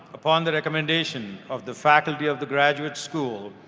upon the recommendation of the faculty of the graduate school,